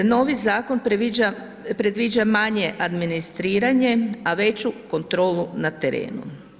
Novi zakon predviđa manje administriranje a veću kontrolu na terenu.